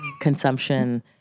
consumption